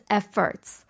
efforts